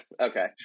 Okay